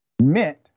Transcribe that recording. meant